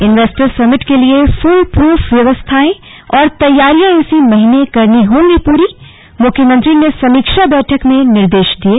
investors summit के लिए foolproof व्यवस्थाएं और तैयारियां इसी महीने करनी होंगी पूरी मुख्यमंत्री ने समीक्षा बैठक में निर्देश दिये